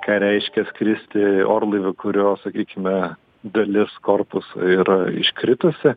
ką reiškia skristi orlaiviu kurio sakykime dalis korpuso yra iškritusi